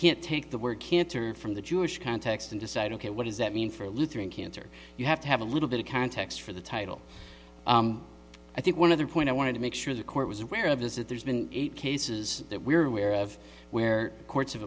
can't take the word cancer from the jewish context and decide ok what does that mean for lutheran cancer you have to have a little bit of context for the title i think one of the point i wanted to make sure the court was aware of is that there's been eight cases that we're aware of where courts